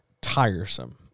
tiresome